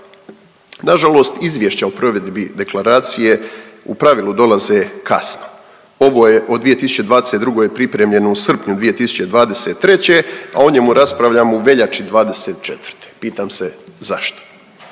Nažalost, izvješća o provedbi deklaracije u pravilu dolaze kasno, ovo je od 2022. je pripremljeno u srpnju 2023., a o njemu raspravljamo u veljači '24., pitam se zašto?